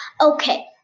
Okay